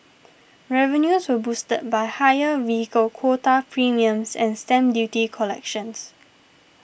revenues were boosted by higher vehicle quota premiums and stamp duty collections